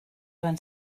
van